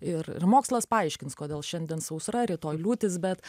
ir ir mokslas paaiškins kodėl šiandien sausra rytoj liūtys bet